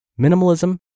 Minimalism